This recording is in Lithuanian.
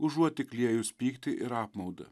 užuot tik liejus pyktį ir apmaudą